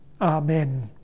Amen